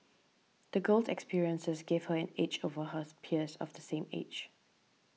the girl's experiences gave her an edge over hers peers of the same age